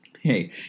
Hey